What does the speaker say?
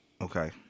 Okay